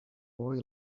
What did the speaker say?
boy